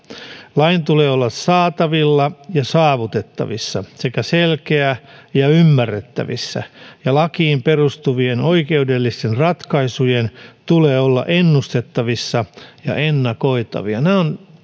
lain tulee olla saatavilla ja saavutettavissa sekä selkeää ja ymmärrettävissä ja lakiin perustuvien oikeudellisten ratkaisujen tulee olla ennustettavissa ja ennakoitavia nämä ovat